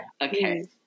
okay